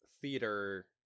theater